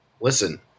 listen